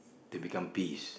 to become peace